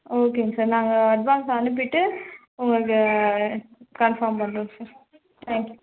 ஓகேங்க சார் நாங்கள் அட்வான்ஸ் அனுப்பிட்டு உங்களுக்கு கன்ஃபாம் பண்ணுறோம் சார் தேங்க்யூ